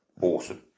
awesome